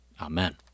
Amen